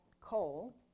coal